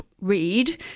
Read